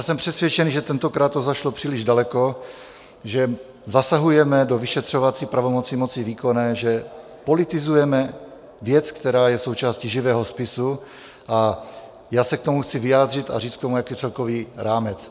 Jsem přesvědčený, že tentokrát to zašlo příliš daleko, že zasahujeme do vyšetřovací pravomoci moci výkonné, že politizujeme věc, která je součástí živého spisu, a já se k tomu chci vyjádřit a říct k tomu celkový rámec.